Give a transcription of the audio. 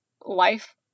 life